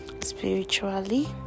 spiritually